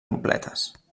completes